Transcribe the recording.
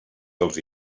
dels